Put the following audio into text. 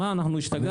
מה, אנחנו השתגענו?